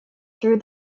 threw